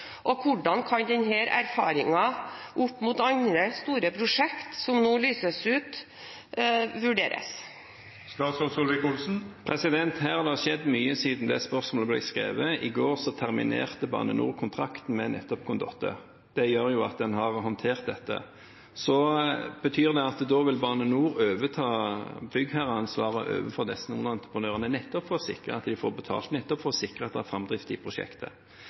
Og hvordan kan denne erfaringen opp mot andre store prosjekter som nå lyses ut, vurderes? Her har det skjedd mye siden det spørsmålet ble skrevet. I går terminerte Bane NOR kontrakten med Condotte. Det gjør at en har håndtert dette. Det betyr at Bane NOR vil overta byggherreansvaret overfor disse underentreprenørene, nettopp for å sikre at de får betalt, og nettopp for å sikre at det er framdrift i prosjektet.